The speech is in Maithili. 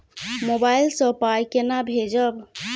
मोबाइल सँ पाई केना भेजब?